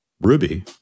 Ruby